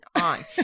on